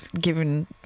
given